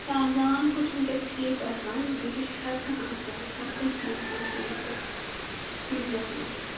پرانہِ زمانہِ کھۄتہٕ چھُ ونکیٚنس ٹھیٖک آسان ونکیٚنس چھُ ہر کانٛہہ آسان ہر کانٛہہ چیٖز آسان ٹھیٖک پٲٹھۍ کِچنس منٛز